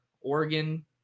oregon